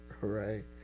right